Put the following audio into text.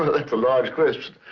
that's a large question.